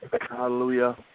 hallelujah